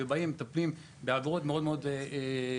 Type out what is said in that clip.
והם מטפלים בעבירות מאוד חמורות.